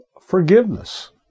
forgiveness